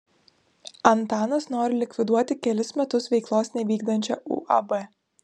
antanas nori likviduoti kelis metus veiklos nevykdančią uab